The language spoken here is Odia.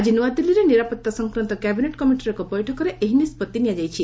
ଆଜି ନୂଆଦିଲ୍ଲୀରେ ନିରାପତ୍ତା ସଂକ୍ରାନ୍ତ କ୍ୟାବିନେଟ୍ କମିଟିର ଏକ ବୈଠକରେ ଏହି ନିଷ୍ପଭି ନିଆଯାଇଛି